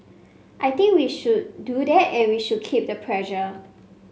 I think we should do that and we should keep the pressure